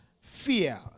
fear